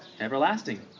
Everlasting